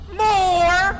more